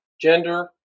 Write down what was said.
gender